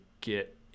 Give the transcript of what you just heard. get